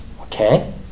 Okay